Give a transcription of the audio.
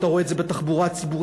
אתה רואה את זה בתחבורה הציבורית,